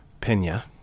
Pena